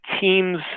teams